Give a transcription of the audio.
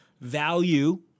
value